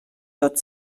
tot